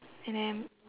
and then